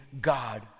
God